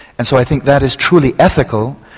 and so i think that is truly ethical,